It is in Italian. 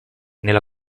nella